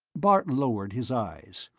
bart lowered his eyes.